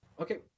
Okay